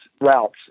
routes